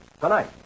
tonight